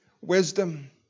wisdom